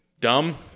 dumb